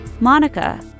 Monica